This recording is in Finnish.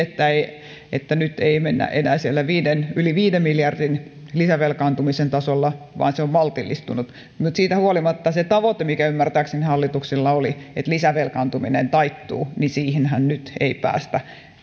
että nyt ei mennä enää siellä yli viiden miljardin lisävelkaantumisen tasolla vaan se on maltillistunut mutta siitä huolimatta siihen tavoitteeseen mikä ymmärtääkseni hallituksella oli että lisävelkaantuminen taittuu ei nyt päästä